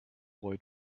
boy